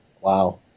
Wow